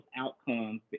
outcomes